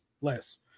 less